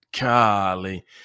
golly